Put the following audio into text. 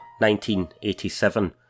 1987